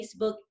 Facebook